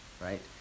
right